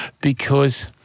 because-